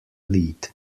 lead